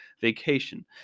vacation